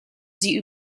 sie